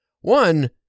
one